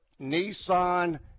Nissan